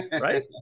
right